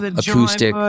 acoustic